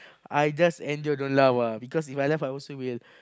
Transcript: I just endure don't laugh ah because If I laugh I also will